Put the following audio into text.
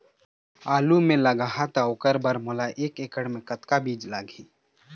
आलू मे लगाहा त ओकर बर मोला एक एकड़ खेत मे कतक बीज लाग ही?